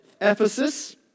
Ephesus